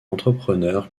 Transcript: entrepreneur